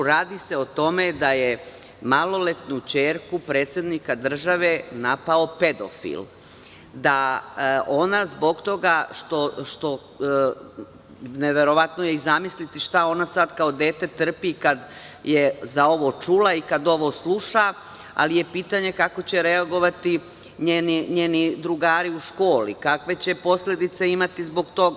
Radi se o tome da je maloletnu ćerku predsednika države napao pedofil, da ona zbog toga što, neverovatno je i zamisliti šta ona sada kao dete trpi kada je za ovo čula i kada ovo sluša, ali je pitanje kako će reagovati njeni drugari u školi, kakve će posledice imati zbog toga?